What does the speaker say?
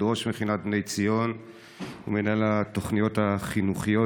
ראש מכינת בני ציון ומנהל התוכניות החינוכיות,